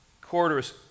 quarters